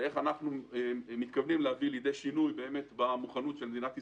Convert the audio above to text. ואיך אנחנו מתכוונים להביא לידי שינוי את המוכנות של מדינת ישראל,